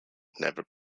never